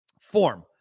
Form